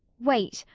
wait.